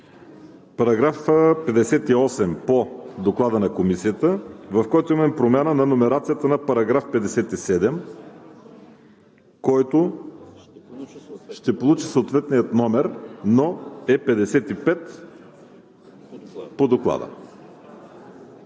§ 58 по Доклада на Комисията, в който имаме промяна на номерацията на § 57, който ще получи съответния номер, но е § 55 по Доклада.